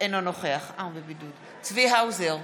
אינו נוכח צבי האוזר,